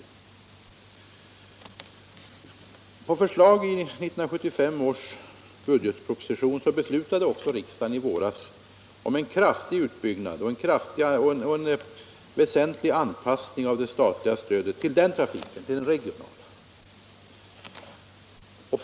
Nr 30 På förslag i 1975 års budgetproposition beslutade också riksdagen i våras om en kraftig utbyggnad och en väsentlig anpassning av det statliga stödet till den regionala trafiken.